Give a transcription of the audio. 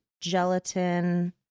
gelatin